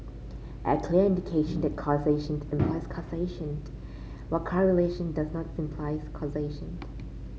a clear indication that causation implies causation while correlation does not imply causation